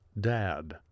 dad